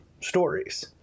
stories